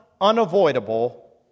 unavoidable